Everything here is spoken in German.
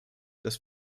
dass